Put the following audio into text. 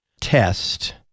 test